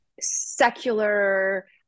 secular